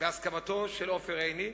בהסכמתו של עופר עיני,